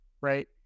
right